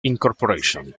inc